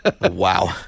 Wow